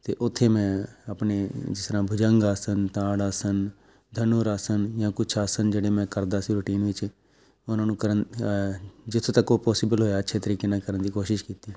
ਅਤੇ ਉੱਥੇ ਮੈਂ ਆਪਣੇ ਜਿਸ ਤਰ੍ਹਾਂ ਭੁਜੰਗ ਆਸਨ ਤਾੜ ਆਸਨ ਧਨੁਰ ਆਸਨ ਜਾਂ ਕੁਛ ਆਸਣ ਜਿਹੜੇ ਮੈਂ ਕਰਦਾ ਸੀ ਰੁਟੀਨ ਵਿੱਚ ਉਹਨਾਂ ਨੂੰ ਕਰਨ ਜਿੱਥੋਂ ਤੱਕ ਉਹ ਪੋਸੀਬਲ ਹੋਇਆ ਅੱਛੇ ਤਰੀਕੇ ਨਾਲ ਕਰਨ ਦੀ ਕੋਸ਼ਿਸ਼ ਕੀਤੀ